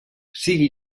sigui